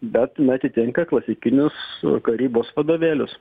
bet jinai atitinka klasikinius karybos vadovėlius